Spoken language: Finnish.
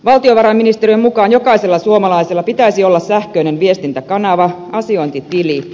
valtiovarainministeriön mukaan jokaisella suomalaisella pitäisi olla sähköinen viestintäkanava asiointitili